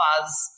buzz